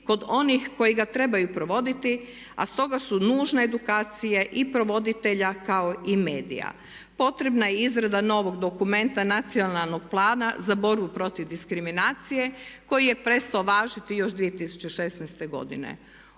kod onih koji ga trebaju provoditi, a stoga su nužne edukacije i provoditelja kao i medija. Potrebna je i izrada novog dokumenta Nacionalnog plana za borbu protiv diskriminacije koji je prestao važiti još 2016. godine.